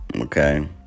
Okay